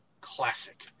Classic